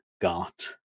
got